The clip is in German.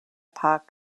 park